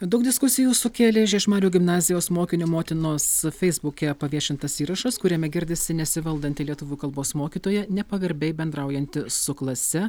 daug diskusijų sukėlė žiežmarių gimnazijos mokinio motinos feisbuke paviešintas įrašas kuriame girdisi nesivaldanti lietuvių kalbos mokytoja nepagarbiai bendraujanti su klase